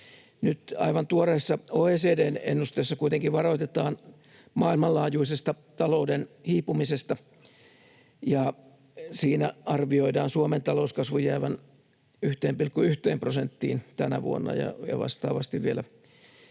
Nyt aivan tuoreessa OECD:n ennusteessa kuitenkin varoitetaan maailmanlaajuisesta talouden hiipumisesta, ja siinä arvioidaan Suomen talouskasvun jäävän 1,1 prosenttiin tänä vuonna ja vastaavasti vielä